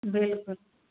बिलकुल